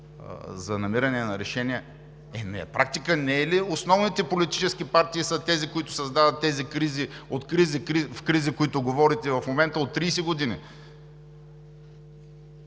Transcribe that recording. за намиране на решения. На практика не са ли основните политически партии тези, които създават кризите – от кризи в кризи, за които говорите в момента – от 30 години?